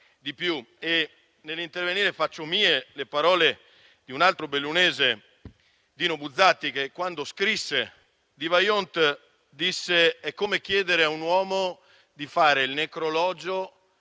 Nell'intervenire faccio mie le parole di un altro bellunese, Dino Buzzati, che, quando scrisse di Vajont, disse: è come chiedere a un uomo di fare il necrologio